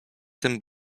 tym